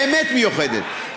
באמת מיוחדת,